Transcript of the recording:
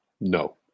No